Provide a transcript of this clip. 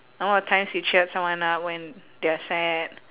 number of times you cheered someone up when they're sad